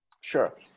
Sure